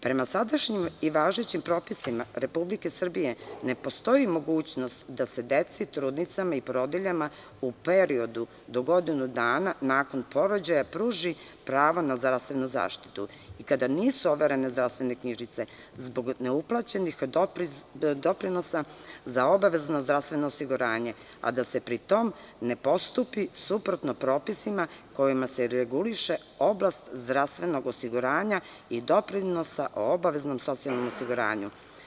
Prema sadašnjim i važećim propisima Republike Srbije, ne postoji mogućnost da se deci, trudnicama i porodiljama u periodu do godinu dana nakon porođaja pruži pravo na zdravstvenu zaštitu i kada nisu overene zdravstvene knjižice, zbog neuplaćenih doprinosa za obavezno zdravstveno osiguranje, a da se pri tom ne postupi suprotno propisima kojima se reguliše oblast zdravstvenog osiguranja i doprinosa o obaveznom socijalnom osiguranju.